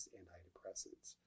antidepressants